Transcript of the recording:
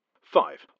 Five